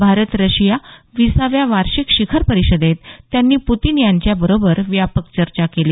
Bharat Russia विसाव्या वार्षिक शिखर परिषदेत त्यांनी पुतीन यांच्या बरोबर व्यापक चर्चा केली